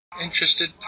interested